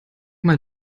mal